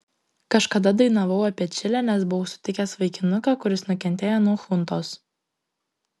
kažkada dainavau apie čilę nes buvau sutikęs vaikinuką kuris nukentėjo nuo chuntos